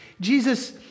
Jesus